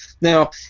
Now